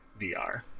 VR